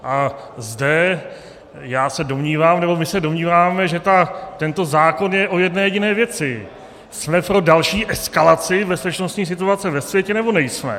A zde se domnívám, nebo my se domníváme, že tento zákon je o jedné jediné věci: jsme pro další eskalaci bezpečnostní situace ve světě, nebo nejsme?